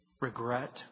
Regret